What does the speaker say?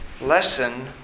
lesson